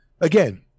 Again